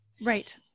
right